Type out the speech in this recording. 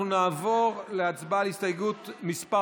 אנחנו נעבור להצבעה על הסתייגות מס'